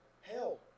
hell